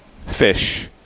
fish